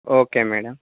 okay madam